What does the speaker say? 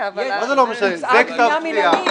מצליח להבין.